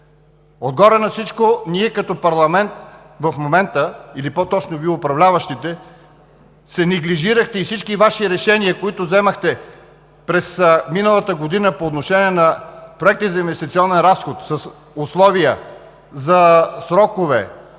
Отгоре на всичко, ние като парламент в момента или по-точно, Вие управляващите, се неглижирахте и всички Ваши решения, които вземахте през миналата година по отношение на проекти за инвестиционен разход с условия за срокове,